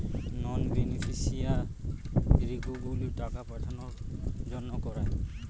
নন বেনিফিশিয়ারিগুলোকে টাকা পাঠাবার জন্য করায়